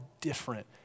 different